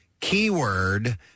keyword